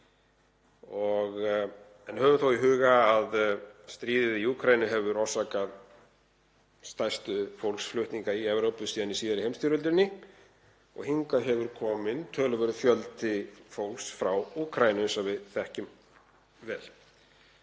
Höfum í huga að stríðið í Úkraínu hefur orsakað stærstu fólksflutninga í Evrópu síðan í síðari heimsstyrjöldinni. Hingað hefur komið töluverður fjöldi fólks frá Úkraínu eins og við þekkjum vel.